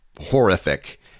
horrific